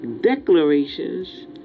declarations